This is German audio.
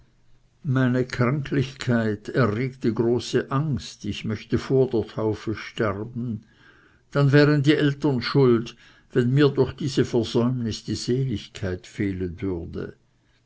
meine kränklichkeit erregte große angst ich möchte vor der taufe sterben dann wären die eltern schuld wenn mir durch diese versäumnis die seligkeit fehlen würde